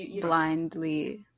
blindly